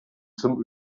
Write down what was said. zum